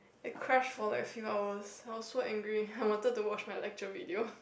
it crash for like a few hours I was so angry I wanted to watch my lecture video